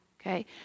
Okay